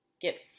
get